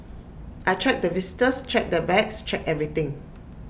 I check the visitors check their bags check everything